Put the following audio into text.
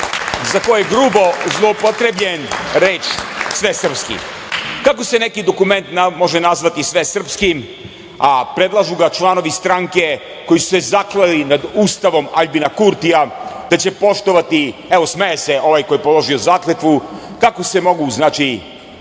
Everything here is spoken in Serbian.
za koju grubo zloupotrebljen reč svesrspki. Kako se neki dokument može nazvati svesrpskim, a predlažu ga članovi stranke koji su se zakleli nad Ustavom Aljbina Kurtija da će poštovati, evo, smeje se ovaj koji je položio zakletvu, kako se mogu smatrati neki